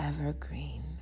Evergreen